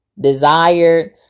desired